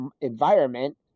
environment